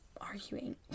arguing